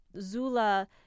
Zula